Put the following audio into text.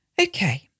Okay